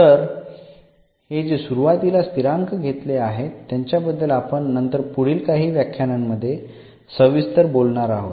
तर हे जे सुरुवातीला स्थिरांक घेतले आहेत त्यांच्याबद्दल आपण नंतर पुढील काही व्याख्यानांमध्ये सविस्तर बोलणार आहोत